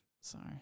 Sorry